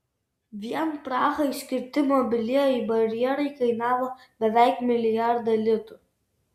vien prahai skirti mobilieji barjerai kainavo beveik milijardą litų